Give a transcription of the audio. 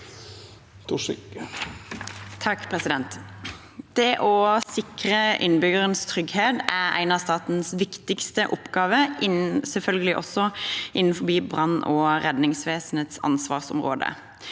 (V) Det å sik- re innbyggernes trygghet er en av statens viktigste oppgaver, selvfølgelig også innenfor brann- og redningsvesenets ansvarsområde.